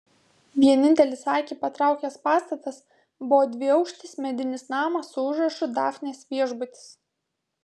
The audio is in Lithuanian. vienintelis akį patraukęs pastatas buvo dviaukštis medinis namas su užrašu dafnės viešbutis